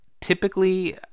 Typically